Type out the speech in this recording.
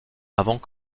avant